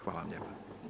Hvala vam lijepa.